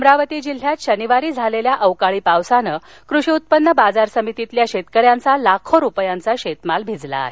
अमरावती जिल्ह्यात शनिवारी झालेल्या अवकाळी पावसाने कृषी उत्पन्न बाजार समितीतील शेतकऱ्यांचा लाखो रुपयांचा शेतमाल भिजला आहे